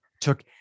took